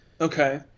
Okay